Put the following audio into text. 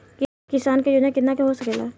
किसान योजना कितना के हो सकेला?